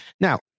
now